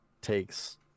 takes